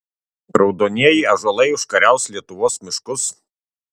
raudonieji ąžuolai užkariaus lietuvos miškus